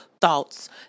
thoughts